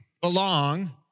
belong